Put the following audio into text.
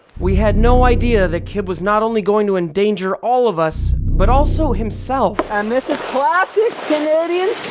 we had no idea that cib was not only going to endanger all of us but also himself and this is classic canadian